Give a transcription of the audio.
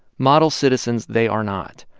model citizens they are not.